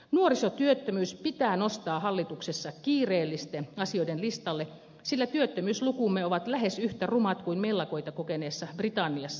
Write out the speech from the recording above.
nuorisotyöttömyys pitää nostaa hallituksessa kiireellisten asioiden listalle sillä työttömyyslukumme ovat lähes yhtä rumat kuin mellakoita kokeneessa britanniassa